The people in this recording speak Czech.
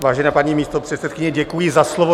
Vážená paní místopředsedkyně, děkuji za slovo.